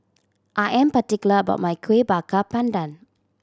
I am particular about my Kueh Bakar Pandan